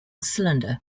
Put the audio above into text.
cylinder